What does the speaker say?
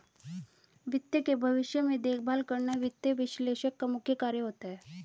वित्त के भविष्य में देखभाल करना वित्त विश्लेषक का मुख्य कार्य होता है